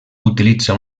utilitza